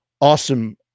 awesome